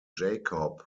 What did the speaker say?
jacob